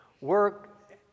work